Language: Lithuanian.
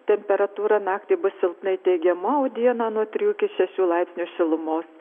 temperatūra naktį bus silpnai teigiama o dieną nuo trijų iki šešių laipsnių šilumos